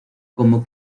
como